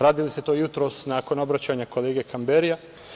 Radili ste to jutros nakon obraćanja kolege Kamberija.